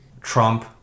trump